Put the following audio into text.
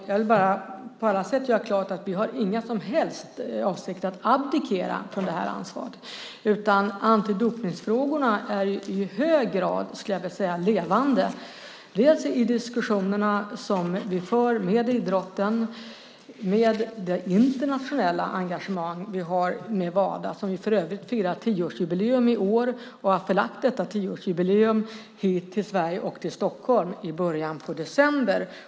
Jag vill bara på alla sätt göra klart att vi inte har några som helst avsikter att abdikera från det här ansvaret, utan antidopningsfrågorna är i hög grad levande, inte minst i de diskussioner som vi för med idrotten med det internationella engagemang vi har med Wada. Wada firar för övrigt sitt 10-årsjubileum i år och har förlagt detta jubileum till Sverige och Stockholm i början av december.